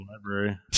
library